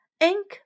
Ink